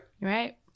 Right